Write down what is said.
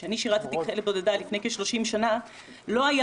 כאשר אני שירתי כחיילת בודדה לפני כ-30 שנים לא היה